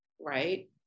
right